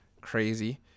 Crazy